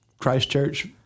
Christchurch